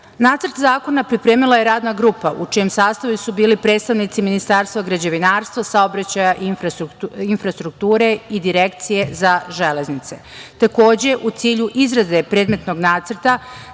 zakona pripremila je Radna grupa u čijem sastavu su bili predstavnici Ministarstva građevinarstva, saobraćaja i infrastrukture i Direkcije za železnice.